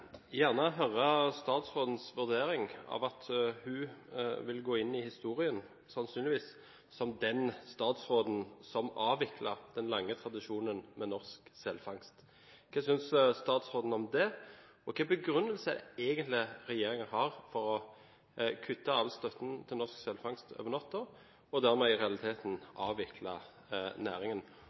gjerne høre statsrådens vurdering av at hun vil gå inn i historien, sannsynligvis, som den statsråden som avviklet den lange tradisjonen med norsk selfangst. Hva synes statsråden om det? Og hvilke begrunnelser har egentlig regjeringen for å kutte all støtten til norsk selfangst over natten, og dermed i realiteten avvikle næringen?